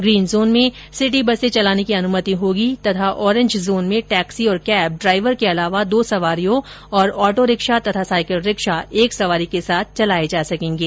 green zone में city बसें चलाने की अनुमति होगी तथा ओरेंज जोन में टैक्सी और कैब ड्राइवर के अलावा दो सवारियों और ऑटो रिक्शा और साईकिल रिक्शा एक सवारी के साथ चलाये जा सकेंगे